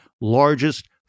largest